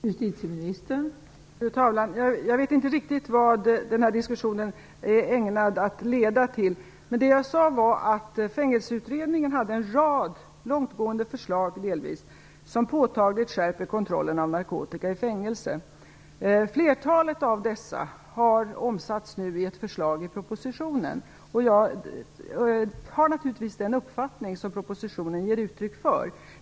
Fru talman! Jag vet inte riktigt vad den här diskussionen är ägnad att leda till. Jag sade att Fängelseutredningen hade en rad delvis långtgående förslag som påtagligt skärper kontrollen av narkotika i fängelse. Flertalet av dessa har nu omsatts i ett förslag i propositionen. Jag har naturligtvis den uppfattning som propositionen ger uttryck för.